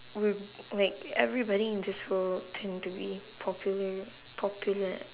will like everybody in this world tend to be popular popular